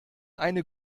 eine